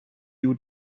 you